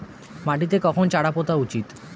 মাটিতে কখন চারা পোতা উচিৎ?